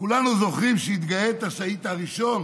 כולנו זוכרים שהתגאית שהיית הראשון